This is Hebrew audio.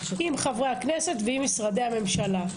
עם חברי הכנסת ועם משרדי ממשלה.